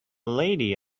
lady